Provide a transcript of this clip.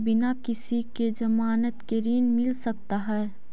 बिना किसी के ज़मानत के ऋण मिल सकता है?